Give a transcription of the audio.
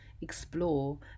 explore